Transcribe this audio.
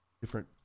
different